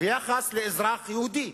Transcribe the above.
ויחס לאזרח יהודי.